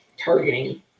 targeting